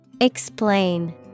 Explain